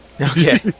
Okay